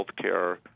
healthcare